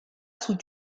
sous